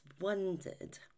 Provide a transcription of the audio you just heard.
wondered